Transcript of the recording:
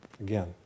Again